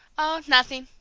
oh, nothing!